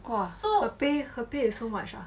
!wah! her pay her pay is so much ah